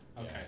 okay